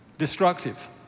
destructive